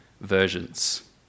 versions